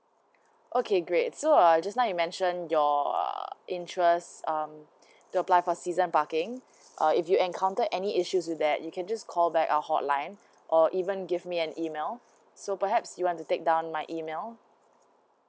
okay great so uh just now you mentioned your interests um to apply for season parking uh if you encounter any issues with that you can just call back our hotline or even give me an email so perhaps you want to take down my email